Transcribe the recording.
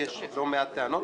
כי יש לא מעט טענות.